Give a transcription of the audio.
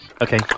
Okay